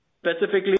Specifically